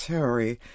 Terry